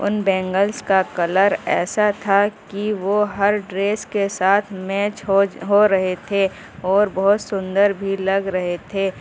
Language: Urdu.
ان بینگلس کا کلر ایسا تھا کہ وہ ہر ڈریس کے ساتھ میچ ہو ہو رہے تھے اور بہت سندر بھی لگ رہے تھے